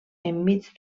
enmig